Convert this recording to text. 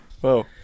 Whoa